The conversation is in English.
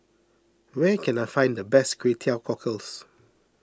where can I find the best Kway Teow Cockles